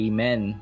Amen